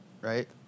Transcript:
right